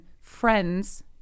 friends